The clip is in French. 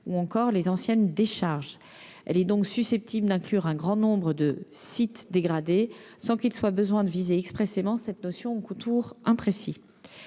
ou encore les anciennes décharges. Elle est donc susceptible d'inclure un grand nombre de sites dégradés, sans qu'il soit besoin de viser expressément cette notion aux contours imprécis.